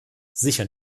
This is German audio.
sicher